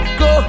go